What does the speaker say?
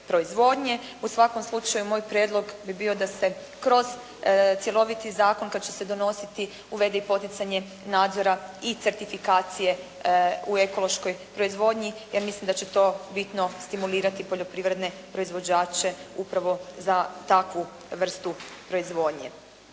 U svakom slučaju, moj prijedlog bi bio da se kroz cjeloviti zakon kad će se donositi uvede i poticanje nadzora i certifikacije u ekološkoj proizvodnji, jer mislim da će to bitno stimulirati poljoprivredne proizvođače upravo za takvu vrstu proizvodnje.